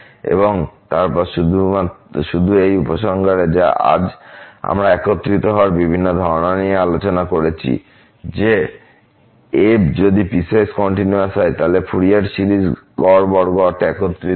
এবং তারপর শুধু এই উপসংহারে যে আজ আমরা একত্রিত হওয়ার বিভিন্ন ধারণা নিয়ে আলোচনা করেছি একটি ছিল যে f যদি পিসওয়াইস কন্টিনিউয়াস হয় তাহলে ফুরিয়ার সিরিজ গড় বর্গ অর্থে একত্রিত হয়